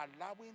Allowing